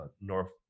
North